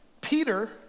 Peter